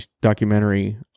documentary